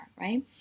right